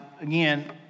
again